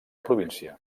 província